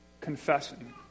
confessing